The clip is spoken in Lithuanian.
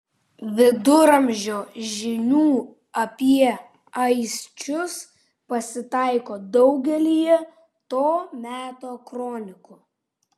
viduramžio žinių apie aisčius pasitaiko daugelyje to meto kronikų